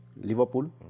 Liverpool